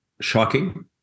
shocking